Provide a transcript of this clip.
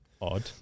Odd